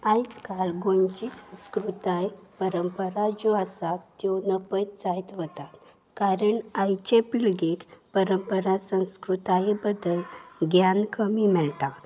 आयज काल गोंयची संस्कृताय परंपरा ज्यो आसा त्यो नानपयत जायत वतात कारण आयचे पिळगेक परंपरा संस्कृताये बद्दल ज्ञान कमी मेळटा